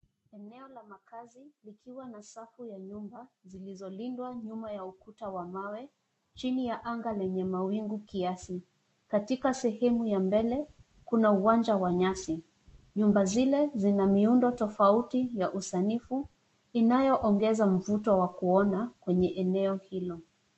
Eneo la makazi likiwa na safu ya nyumba zilizo lindwa nyuma ya ukuta wa mawe, chini ya anga lenye mawingu kiasi, katika sehemu ya mbele kuna uwanja wa nyasi. Nyumba zile zina miundo tofauti ya usanifu inayo ongeza mvuto wa kuona kwenye neneo hilo.